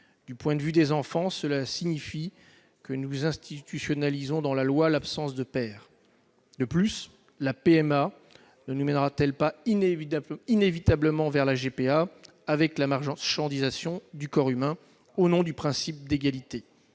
Du point de vue des enfants, cela signifie que nous institutionnalisons, par la loi, l'absence de père. En outre, la PMA ne nous mènera-t-elle pas inévitablement à la GPA, la marchandisation du corps humain, au nom du principe d'égalité ?